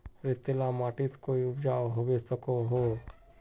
रेतीला माटित कोई उपजाऊ होबे सकोहो होबे?